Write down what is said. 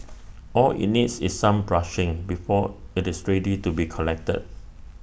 all IT needs is some brushing before IT is ready to be collected